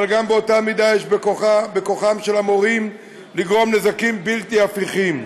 אבל באותה מידה יש בכוחם של המורים לגרום נזקים בלתי הפיכים.